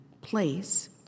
place